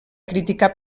criticar